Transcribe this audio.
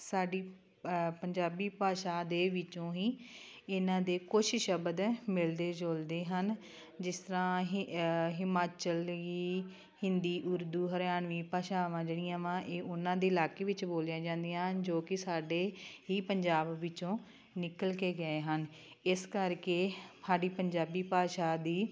ਸਾਡੀ ਪੰਜਾਬੀ ਭਾਸ਼ਾ ਦੇ ਵਿੱਚੋਂ ਹੀ ਇਹਨਾਂ ਦੇ ਕੁਛ ਸ਼ਬਦ ਮਿਲਦੇ ਜੁਲਦੇ ਹਨ ਜਿਸ ਤਰ੍ਹਾਂ ਇਹ ਹਿਮਾਚਲੀ ਹਿੰਦੀ ਉਰਦੂ ਹਰਿਆਣਵੀ ਭਾਸ਼ਾਵਾਂ ਜਿਹੜੀਆਂ ਵਾ ਇਹ ਉਹਨਾਂ ਦੇ ਇਲਾਕੇ ਵਿੱਚ ਬੋਲੀਆ ਜਾਂਦੀਆਂ ਹਨ ਜੋ ਕਿ ਸਾਡੇ ਹੀ ਪੰਜਾਬ ਵਿੱਚੋਂ ਨਿਕਲ ਕੇ ਗਏ ਹਨ ਇਸ ਕਰਕੇ ਸਾਡੀ ਪੰਜਾਬੀ ਭਾਸ਼ਾ ਦੀ